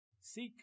Seek